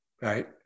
right